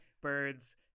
Birds